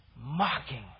mocking